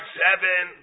seven